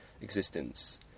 existence